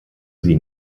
sie